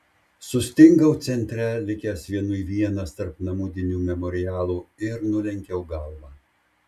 sustingau centre likęs vienui vienas tarp namudinių memorialų ir nulenkiau galvą